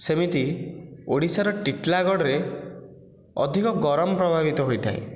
ସେମିତି ଓଡ଼ିଶାର ଟିଟଲାଗଡ଼ରେ ଅଧିକ ଗରମ ପ୍ରଭାବିତ ହୋଇଥାଏ